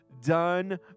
done